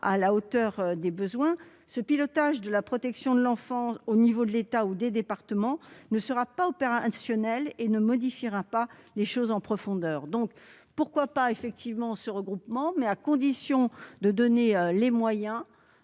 à la hauteur des besoins, ce pilotage de la protection de l'enfance au niveau de l'État ou des départements ne sera pas opérationnel et ne modifiera pas la situation en profondeur. Nous ne sommes pas contre ce regroupement, à condition de dégager des moyens